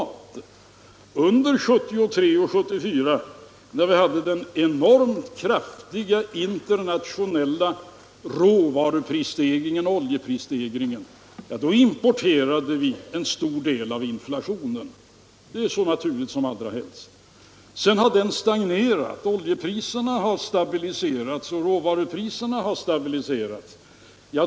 Under 1973 och 1974, när vi hade den enormt kraftiga internationella råvaruprisstegringen och oljeprisstegringen, importerade vi en stor del av inflationen. Det är så naturligt som allra helst. Sedan har den stagnerat; oljepriserna har stabiliserats och råvarupriserna har stabiliserats.